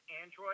Android